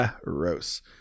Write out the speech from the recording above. Gross